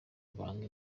ibanga